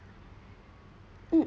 mm